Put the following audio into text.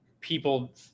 people